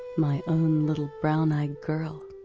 my own little brown eyed girl.